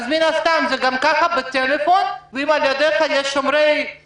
אז מן הסתם גם כך זה בטלפון ואם על ידך יש שומרים,